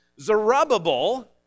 Zerubbabel